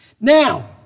Now